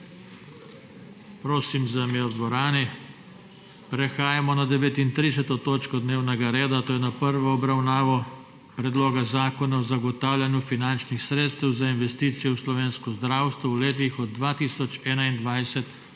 reda. Nadaljujemo s prekinjeno 39. točko dnevnega reda, to je s prvo obravnavo Predloga zakona o zagotavljanju finančnih sredstev za investicije v slovensko zdravstvo v letih od 2021